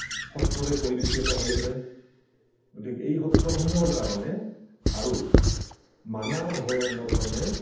সত্ৰৰে পৰিবেষ্টিত হৈ আছে গতিকে এই সত্ৰসমূহৰ কাৰণে আৰু মানাহ অভয়াৰণ্য কাৰণে